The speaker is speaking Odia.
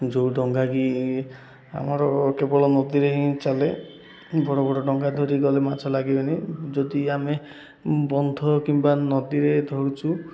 ଯୋଉ ଡଙ୍ଗା କି ଆମର କେବଳ ନଦୀରେ ହିଁ ଚାଲେ ବଡ଼ ବଡ଼ ଡଙ୍ଗା ଧରି ଗଲେ ମାଛ ଲାଗିବନି ଯଦି ଆମେ ବନ୍ଧ କିମ୍ବା ନଦୀରେ ଧରୁଛୁ